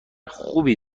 خوبی